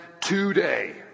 today